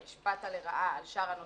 והשפעת לרעה על שאר הנוסעים,